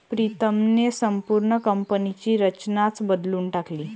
प्रीतमने संपूर्ण कंपनीची रचनाच बदलून टाकली